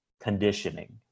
conditioning